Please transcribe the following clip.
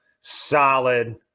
Solid